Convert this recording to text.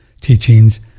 teachings